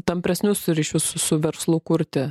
tampresnius ryšius su verslu kurti